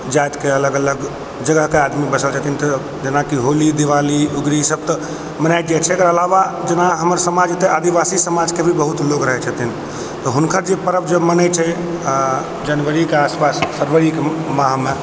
जाति के अलग अलग जगह के आदमी बसल छथिन त जेनाकि होली दिवाली उगड़ी सबतऽ मनायल जाइ छै एकर अलावा जेना हमर समाज एतए आदिवासी समाज के भी बहुत लोग रहै छथिन तऽ हुनकर जे परव जे मनै छै जनवरी के आसपास फ़रवरी के माह मे